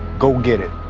go, get it.